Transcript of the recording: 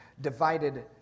divided